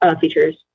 features